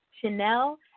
Chanel